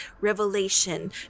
revelation